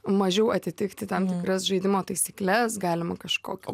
mažiau atitikti tam tikras žaidimo taisykles galima kažko